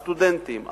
הסטודנטים,